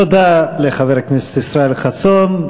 תודה לחבר הכנסת ישראל חסון.